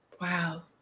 Wow